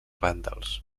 vàndals